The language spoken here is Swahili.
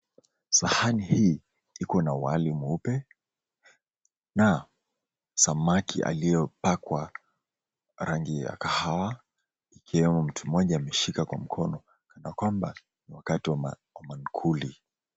Sahani hii iko na wali mweupe na samaki aliyopakwa rangi ya kahawa ikiwemo mtu mmoja ameshika kwa mkono kana kwamba ni wakati wa mankuli.